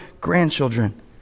grandchildren